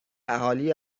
اهالی